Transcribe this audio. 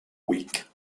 weak